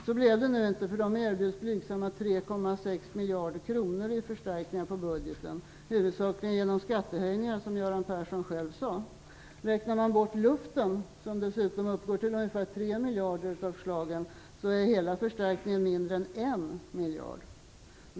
Så blev det nu inte. De erbjuds blygsamma 3,6 miljarder kronor i förstärkningar på budgeten - huvudsakligen genom skattehöjningar, som Göran Persson själv sade. Räknar man bort luften, som uppgår till ungefär 3 miljarder av förslagen, är hela förstärkningen på mindre än 1 miljard.